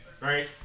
right